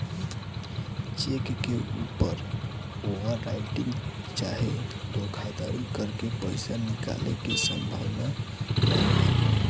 check के ऊपर overwriting चाहे धोखाधरी करके पईसा निकाले के संभावना रहेला